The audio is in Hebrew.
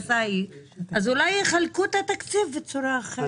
אולי יחלקו את התקציב בצורה אחרת.